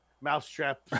Mousetrap